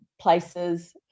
places